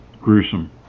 gruesome